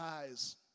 eyes